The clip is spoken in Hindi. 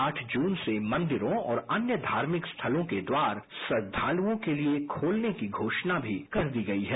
आठ जून से मंदिरों और अन्य धार्मिक स्थलों के द्वारा श्रद्वालुओं के लिए खोलने की घोषणा भी कर दी गई है